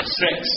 six